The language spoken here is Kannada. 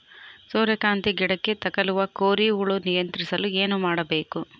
ಸೂರ್ಯಕಾಂತಿ ಗಿಡಕ್ಕೆ ತಗುಲುವ ಕೋರಿ ಹುಳು ನಿಯಂತ್ರಿಸಲು ಏನು ಮಾಡಬೇಕು?